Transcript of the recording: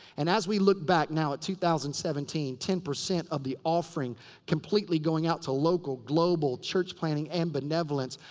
and as we look back now at two thousand and seventeen, ten percent of the offering completely going out to local, global, church planting and benevolence.